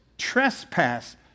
trespass